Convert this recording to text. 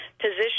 position